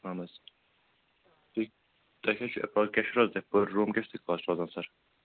اَہَن حظ تُہۍ تۅہہِ کیٛاہ چھُ ایٚپراکٕس کیٛاہ چھُ حظ تۅہہِ پٔر روٗم کیٛاہ چھُو تۅہہِ کاسٹ لاگان سَر